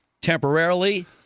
temporarily